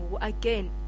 Again